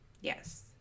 Yes